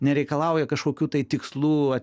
nereikalauja kažkokių tai tikslų